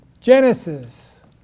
Genesis